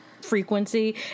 frequency